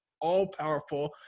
all-powerful